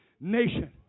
nation